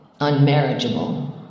unmarriageable